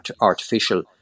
artificial